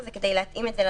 נכון.